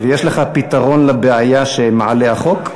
יש לך פתרון לבעיה שמעלה החוק?